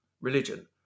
religion